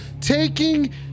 taking